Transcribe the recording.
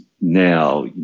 now